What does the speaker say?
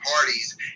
parties